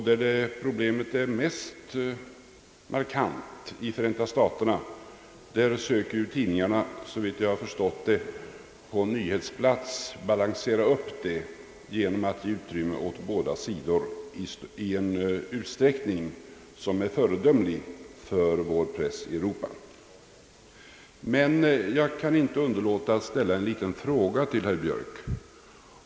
Där problemet är mest markant, i Förenta staterna, söker tidningarna att på nyhetsplats balansera upp det genom att ge utrymme åt båda sidor i en utsträckning som är förebildlig för vår press i Europa. Jag kan dock inte underlåta att ställa en liten fråga till herr Björk.